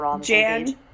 jan